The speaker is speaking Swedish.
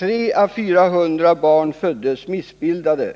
300 å 400 barn föddes missbildade